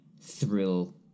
thrill